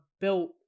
built